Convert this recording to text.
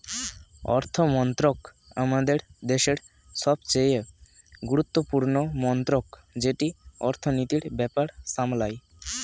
অর্থমন্ত্রক আমাদের দেশের সবচেয়ে গুরুত্বপূর্ণ মন্ত্রক যেটি অর্থনীতির ব্যাপার সামলায়